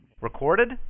Recorded